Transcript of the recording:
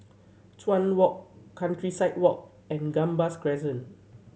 Chuan Walk Countryside Walk and Gambas Crescent